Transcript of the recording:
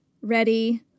ready